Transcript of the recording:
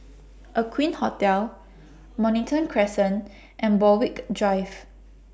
Aqueen Hotel Mornington Crescent and Borthwick Drive